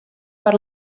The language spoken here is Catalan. per